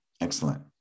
excellent